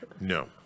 no